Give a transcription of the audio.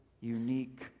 unique